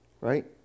right